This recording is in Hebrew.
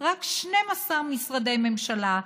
רק 12 משרדי ממשלה,